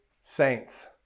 Saints